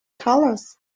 colors